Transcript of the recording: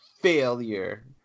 failure